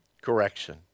correction